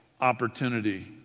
opportunity